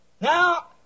Now